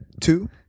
two